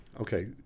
Okay